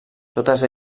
totes